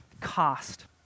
cost